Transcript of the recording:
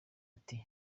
ati